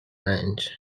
range